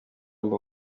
mba